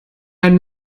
had